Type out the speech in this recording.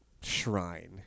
shrine